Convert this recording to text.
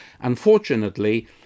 unfortunately